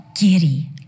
giddy